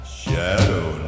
shadow